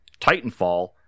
Titanfall